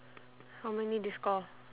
how many they score